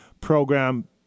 program